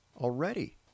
already